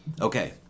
okay